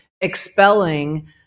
expelling